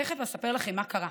תכף אספר לכם מה קרה,